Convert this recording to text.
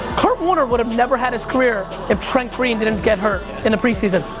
kurt warner would've never had his career if trent green didn't get hurt in the preseason.